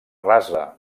rasa